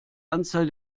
anzahl